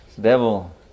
devil